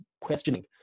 questioning